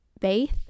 faith